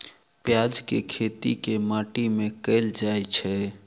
प्याज केँ खेती केँ माटि मे कैल जाएँ छैय?